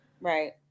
right